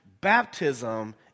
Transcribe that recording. Baptism